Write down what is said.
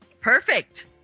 Perfect